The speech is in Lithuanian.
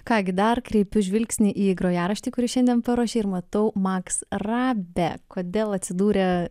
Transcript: ką gi dar kreipiu žvilgsnį į grojaraštį kurį šiandien paruošei ir matau maks rabė kodėl atsidūrė